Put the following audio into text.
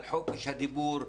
על חופש הדיבור,